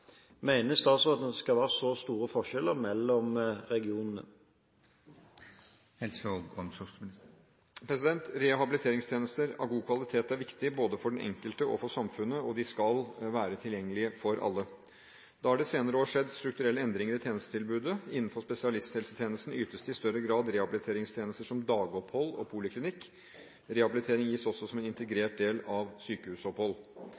statsråden at det skal være så store forskjeller mellom regionene?» Rehabiliteringstjenester av god kvalitet er viktig, både for den enkelte og for samfunnet, og de skal være tilgjengelige for alle. Det har i de senere år skjedd strukturelle endringer i tjenestetilbudet. Innenfor spesialisthelsetjenesten ytes det i større grad rehabiliteringstjenester som dagopphold og poliklinikk. Rehabilitering gis også som en integrert del av sykehusopphold.